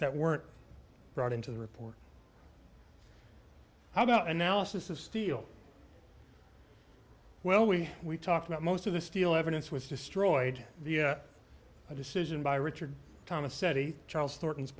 that were brought into the report how about analysis of steel well we we talked about most of the steel evidence was destroyed via a decision by richard thomas seti charleston's